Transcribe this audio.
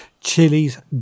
chilies